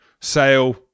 Sale